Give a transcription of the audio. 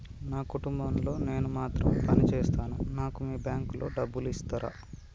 నా కుటుంబం లో నేను మాత్రమే పని చేస్తాను నాకు మీ బ్యాంకు లో డబ్బులు ఇస్తరా?